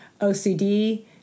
OCD